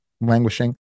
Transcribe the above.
languishing